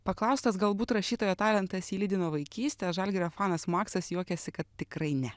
paklaustas galbūt rašytojo talentas jį lydi nuo vaikystės žalgirio fanas maksas juokiasi kad tikrai ne